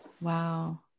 Wow